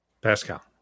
Pascal